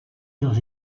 dans